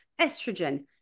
estrogen